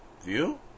view